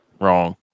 Wrong